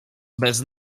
bez